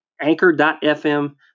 Anchor.fm